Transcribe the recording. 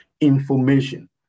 information